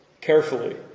carefully